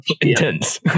Intense